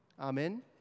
Amen